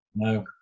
no